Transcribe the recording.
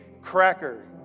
cracker